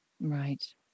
Right